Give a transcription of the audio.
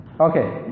Okay